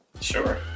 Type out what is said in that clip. Sure